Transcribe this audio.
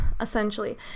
essentially